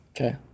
Okay